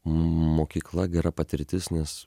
mokykla gera patirtis nes